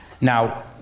Now